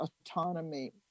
autonomy